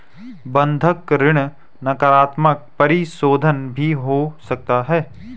बंधक ऋण नकारात्मक परिशोधन भी हो सकता है